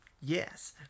Yes